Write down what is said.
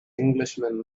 englishman